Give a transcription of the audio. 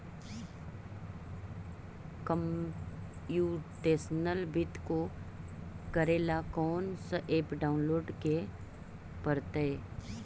computational वित्त को करे ला कौन स ऐप डाउनलोड के परतई